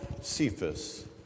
Cephas